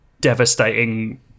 devastating